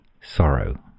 sorrow